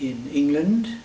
in england